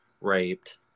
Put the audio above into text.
raped